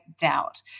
doubt